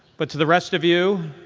but to the rest of you,